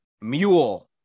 mule